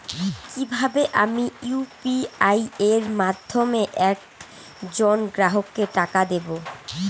কিভাবে আমি ইউ.পি.আই এর মাধ্যমে এক জন গ্রাহককে টাকা দেবো?